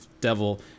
Devil